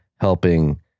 helping